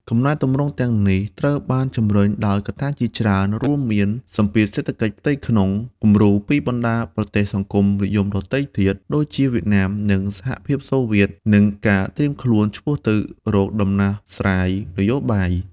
កំណែទម្រង់ទាំងនេះត្រូវបានជំរុញដោយកត្តាជាច្រើន រួមមានសម្ពាធសេដ្ឋកិច្ចផ្ទៃក្នុង គំរូពីបណ្ដាប្រទេសសង្គមនិយមដទៃទៀត ដូចជាវៀតណាម និងសហភាពសូវៀត និងការត្រៀមខ្លួនឆ្ពោះទៅរកដំណោះស្រាយនយោបាយ ។